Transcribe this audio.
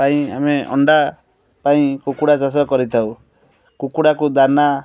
ପାଇଁ ଆମେ ଅଣ୍ଡା ପାଇଁ କୁକୁଡ଼ା ଚାଷ କରିଥାଉ କୁକୁଡ଼ାକୁ ଦାନା